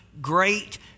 great